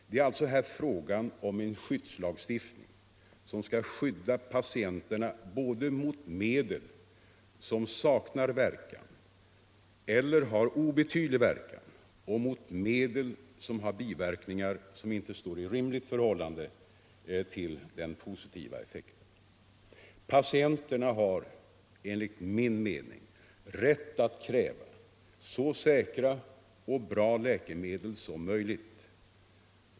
Det är här fråga om en lagstiftning som skall skydda patienterna både mot medel som saknar verkan eller har obetydlig verkan och mot medel som har biverkningar som inte står i rimligt förhållande till den positiva effekten. Patienterna har enligt min uppfattning rätt att kräva så säkra och bra läkemedel som möjligt.